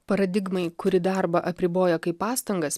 paradigmai kuri darbą apribojo kaip pastangas